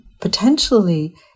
potentially